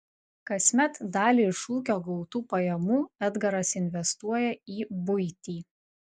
kasmet dalį iš ūkio gautų pajamų edgaras investuoja į buitį